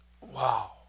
wow